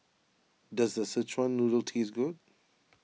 does Szechuan Noodle taste good